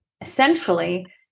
essentially